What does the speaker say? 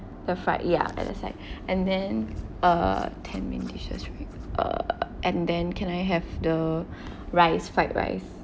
the fried ya at the side and then uh ten main dishes right err and then can I have the rice fried rice